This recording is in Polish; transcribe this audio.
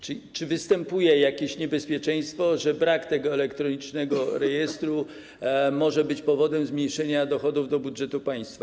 Czy występuje jakieś niebezpieczeństwo, że brak elektronicznego rejestru może być powodem zmniejszenia dochodów do budżetu państwa?